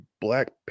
black